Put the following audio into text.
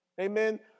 Amen